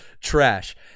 trash